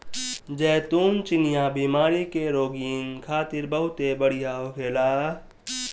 जैतून चिनिया बीमारी के रोगीन खातिर बहुते बढ़िया होखेला